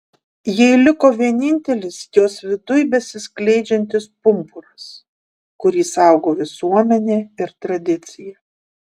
jai liko vienintelis jos viduj besiskleidžiantis pumpuras kurį saugo visuomenė ir tradicija